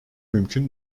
mümkün